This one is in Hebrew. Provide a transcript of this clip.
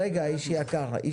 רגע, איש יקר.